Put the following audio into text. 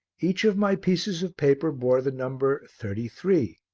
each of my pieces of paper bore the number thirty-three.